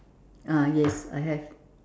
ah yes I have